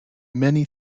many